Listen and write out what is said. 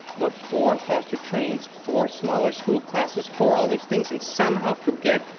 vote for faster trains, for smaller school classes, for all these things and somehow forget,